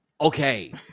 Okay